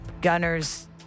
Gunner's